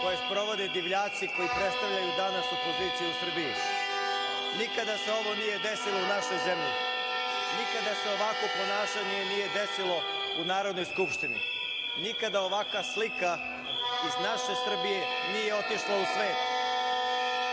koje sprovode divljaci, koji predstavljaju danas opoziciju u Srbiji. Nikada se ovo nije desilo u našoj zemlji. Nikada se ovakvo ponašanje nije desilo u Narodnoj skupštini, nikada ovakva slika iz naše Srbije nije otišla u svet.